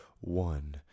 One